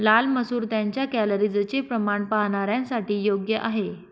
लाल मसूर त्यांच्या कॅलरीजचे प्रमाण पाहणाऱ्यांसाठी योग्य आहे